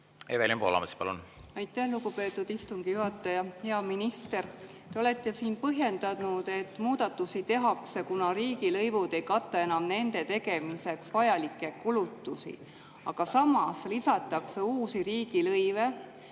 Evelin Poolamets, palun!